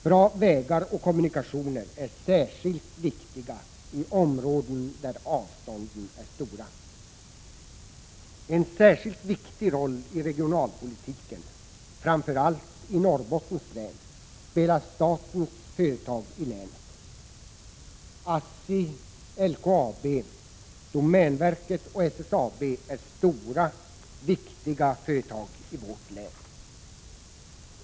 Bra vägar och kommunikationer är särskilt viktiga i områden där avstånden är stora. En särskilt viktig roll i regionalpolitiken, framför allt i Norrbottens län, spelar statens företag i länet. ASSI, LKAB, domänverket och SSAB är stora, viktiga företag i vårt län.